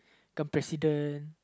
become president